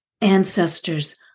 ancestors